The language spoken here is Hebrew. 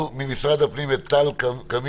ממשרד הפנים יש את טל קמיר.